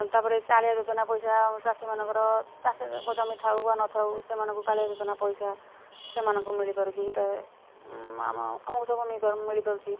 ତା'ପରେ କାଳିଆ ଯୋଜନା ପଇସା ଚାଷୀମାନଙ୍କର ଚାଷୀ କମି ଥାଉ ବା ନଥାଉ ସେମାନଙ୍କୁ କାଳିଆ ଯୋଜନା ପଇସା ସେମାନଙ୍କୁ ମିଳିପାରୁଛି ହେଇଥାଏ ଆମ ଆମକୁ ସବୁ ମିଳି ମିଳିପାରୁଛି